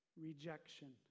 Rejection